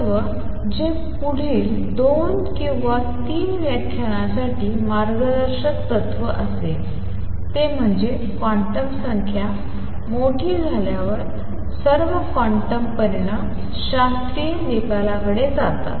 तत्त्व जे पुढील दोन किंवा तीन व्याख्यानांसाठी मार्गदर्शक तत्त्व असेल ते म्हणजे क्वांटम संख्या मोठी झाल्यावर सर्व क्वांटम परिणाम शास्त्रीय निकालाकडे जातात